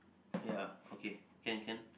ya okay can can